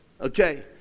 Okay